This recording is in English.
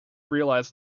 realized